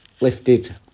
lifted